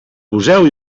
poseu